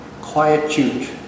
Quietude